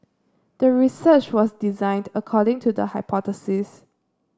the research was designed according to the hypothesis